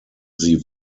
sie